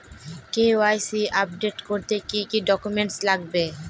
KYC update করতে কি কি ডকুমেন্টস লাগবে?